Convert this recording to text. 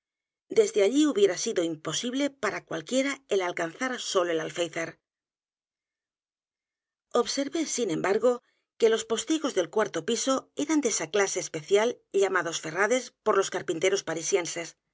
desde allí hubiera sido imposible para cualquiera el alcanzar sólo al alféizar observé sin embargo que los postigos del cuarto piso eran de esa clase especial llamados ferrades por los carpinteros parisienses una